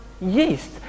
yeast